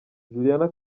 juliana